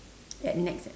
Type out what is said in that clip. at nex that